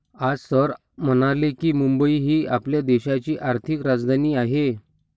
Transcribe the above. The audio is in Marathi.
आज सर म्हणाले की, मुंबई ही आपल्या देशाची आर्थिक राजधानी आहे